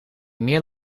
meer